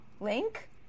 Link